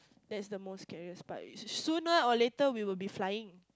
that's the most scariest part is sooner or later we will be flying